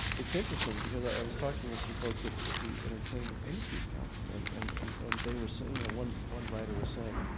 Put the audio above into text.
it's interesting because i was talking to some folks at at the entertainment industries council and and and and they were saying and one one writer was saying,